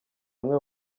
amwe